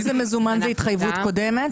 אם זה מזומן זה התחייבות קודמת?